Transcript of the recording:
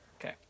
Okay